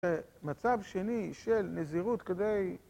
מצב שני של נזירות כדי